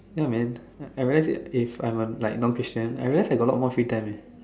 ya man I realise if if I'm like a non Christian like that I got a lot more free time eh